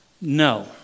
No